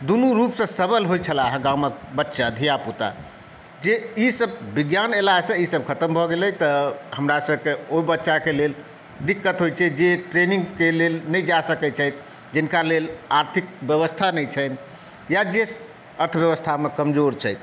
दुनू रूपसँ सबल होइ छलाह गामक बच्चा धिया पुता जे इस विज्ञान अएलासँ ओ ईसभ खतम भऽ गेलै तऽ हमरासभक ओहि बच्चाके लेल दिक़्क़त होइ छै जे ट्रेनिंगके लेल नहि जा सकैत छथि जिनका लेल आर्थिक बेबस्था नहि छनि या जे अर्थबेबस्थामे कमजोर छथि